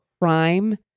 crime